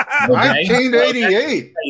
1988